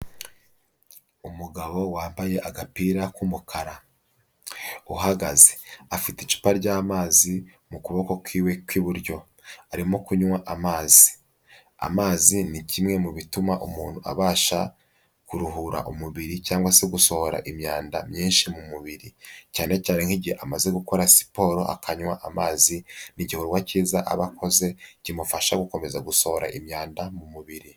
Umugabo wambaye agapira k'umukara, uhagaze afite icupa ry'amazi mu kuboko kwiwe kw'iburyo arimo kunywa amazi. Amazi ni kimwe mu bituma umuntu abasha kuruhura umubiri cyangwa se gusohora imyanda myinshi mu mubiri cyane cyane nk'igihe amaze gukora siporo akanywa amazi n'igikorwa cyiza aba akoze kimufasha gukomeza gusohora imyanda mu mubiri.